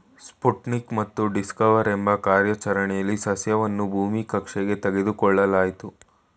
Sputnik ಮತ್ತು Discover ಎಂಬ ಕಾರ್ಯಾಚರಣೆಲಿ ಸಸ್ಯವನ್ನು ಭೂಮಿ ಕಕ್ಷೆಗೆ ತೆಗೆದುಕೊಳ್ಳಲಾಯ್ತು